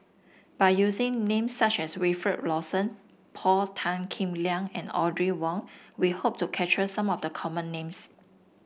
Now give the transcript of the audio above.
by using names such as Wilfed Lawson Paul Tan Kim Liang and Audrey Wong we hope to capture some of the common names